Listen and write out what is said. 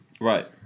Right